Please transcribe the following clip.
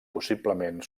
possiblement